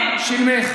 ולהתחנן.